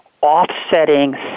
offsetting